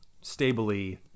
stably